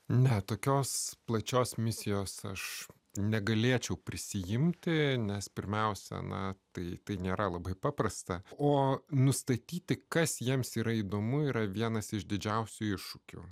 ne tokios plačios misijos aš negalėčiau prisiimti nes pirmiausia na tai nėra labai paprasta o nustatyti kas jiems yra įdomu yra vienas iš didžiausių iššūkių